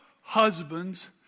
husbands